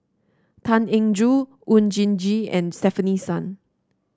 Tan Eng Joo Oon Jin Gee and Stefanie Sun